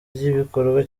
ry’ibikorwa